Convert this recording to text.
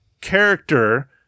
character